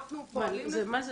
אנחנו פועלים --- את משרד.